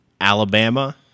Alabama